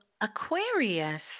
Aquarius